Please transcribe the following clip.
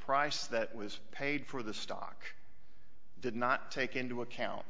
price that was paid for the stock did not take into account